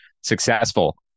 successful